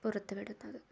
പുറത്ത് വിടുന്നത്